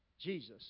Jesus